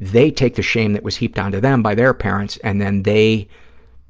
they take the shame that was heaped onto them by their parents and then they